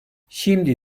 şimdi